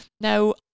Now